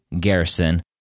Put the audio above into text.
Garrison